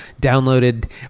downloaded